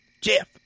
Jeff